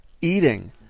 eating